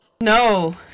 No